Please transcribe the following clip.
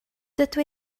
dydw